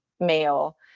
male